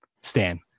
stan